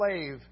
slave